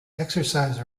exercise